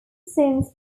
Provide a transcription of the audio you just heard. songs